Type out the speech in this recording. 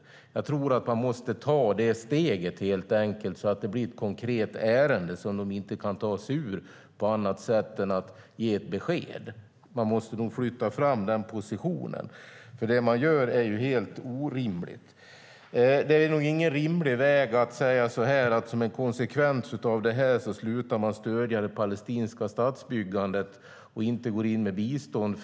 Jag tror att man helt enkelt måste ta det steget så att det blir ett konkret ärende som de inte kan ta sig ur på annat sätt än att ge ett besked. Man måste nog flytta fram den positionen. Det de gör är ju helt orimligt. Det är nog inte rimligt att säga att som en konsekvens av det här beteendet slutar vi stödja det palestinska statsbyggandet och går inte in med bistånd.